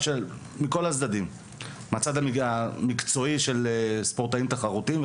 מהצד המקצועי של ספורטאים תחרותיים,